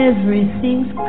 Everything's